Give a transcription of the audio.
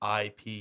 IP